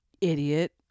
Idiot